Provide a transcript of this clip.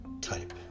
type